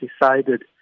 decided